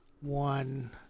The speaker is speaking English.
One